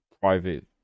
private